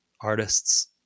artists